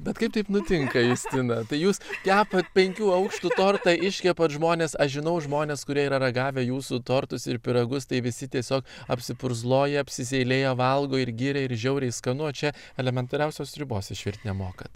bet kaip taip nutinka justina tai jūs kepat penkių aukštų tortą iškepat žmones aš žinau žmones kurie yra ragavę jūsų tortus ir pyragus tai visi tiesiog apsipurzloję apsiseilėję valgo ir giria ir žiauriai skanu o čia elementariausios sriubos išvirt nemokat